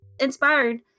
inspired